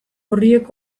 horiek